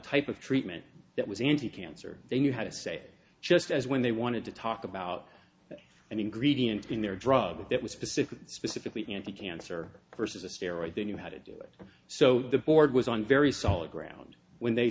type of treatment that was anti cancer they knew how to say just as when they wanted to talk about that and ingredient in their drug that was specific specifically at the cancer versus the steroids they knew how to do it so the board was on very solid ground when they